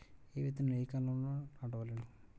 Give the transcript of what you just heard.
ఏ విత్తనాలు ఏ కాలాలలో నాటవలెను?